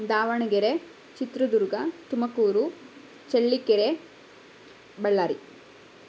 Davanagere Chitradurga Tumakuru Challakere Ballari